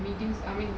meetings